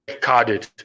carded